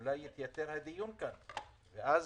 עידן רול, יעקב אשר, אוסאמה